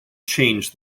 changed